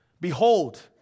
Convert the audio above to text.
Behold